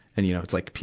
and, you know, it's like,